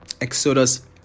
exodus